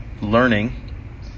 learning